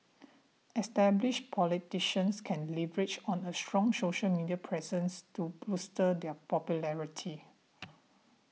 established politicians can leverage on a strong social media presence to bolster their popularity